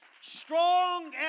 Strong